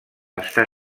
està